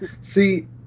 See